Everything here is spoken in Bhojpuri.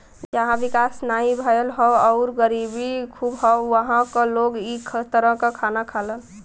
जहां विकास नाहीं भयल हौ आउर गरीबी खूब हौ उहां क लोग इ तरह क खाना खालन